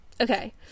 Okay